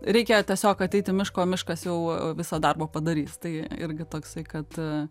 reikia tiesiog ateit į mišką o miškas jau visą darbą padarys tai irgi toksai kad